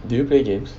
do you play games